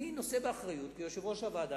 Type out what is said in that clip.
אני נושא באחריות כיושב-ראש הוועדה,